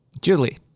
Julie